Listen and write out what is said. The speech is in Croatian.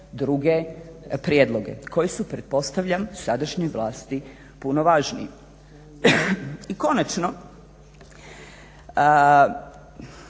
druge prijedloge koji su pretpostavljam sadašnjoj vlasti puno važniji. I konačno,